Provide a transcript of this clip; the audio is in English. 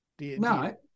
No